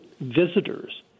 visitors